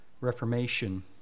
Reformation